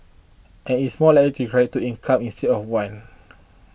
and it is more likely to require two incomes instead of one